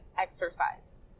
exercise